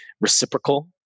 reciprocal